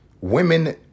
women